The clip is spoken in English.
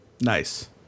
Nice